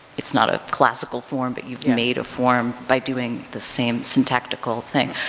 it's not a classical form but you've made a form by doing the same syntactical thing.